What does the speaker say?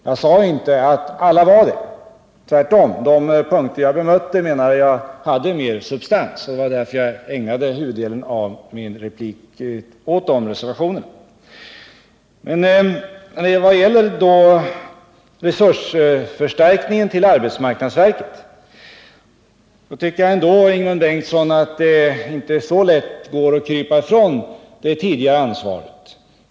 Jag sade inte att alla var marginella. Tvärtom — de punkter jag bemötte menade jag hade mer substans, och det var därför jag ägnade huvuddelen av min replik åt de frågorna. Men vad gäller resursförstärkningen till arbetsmarknadsverket tycker jag ändå, Ingemund Bengtsson, att det inte så lätt går att krypa ifrån det tidigare ansvaret.